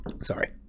Sorry